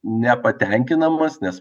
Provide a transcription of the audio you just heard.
nepatenkinamas nes